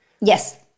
Yes